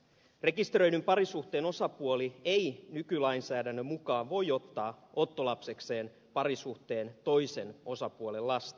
rekisteröidyn parisuhteen osapuoli ei nykylainsäädännön mukaan voi ottaa ottolapsekseen parisuhteen toisen osapuolen lasta